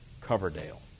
Coverdale